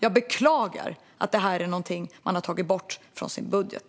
Jag beklagar att detta är något man har tagit bort ur sin budget.